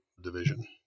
division